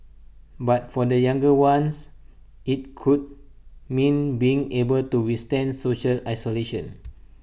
but for the younger ones IT could mean being able to withstand social isolation